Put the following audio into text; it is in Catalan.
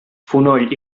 fonoll